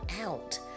out